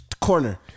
corner